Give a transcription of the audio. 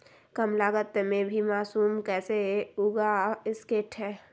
कम लगत मे भी मासूम कैसे उगा स्केट है?